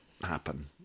happen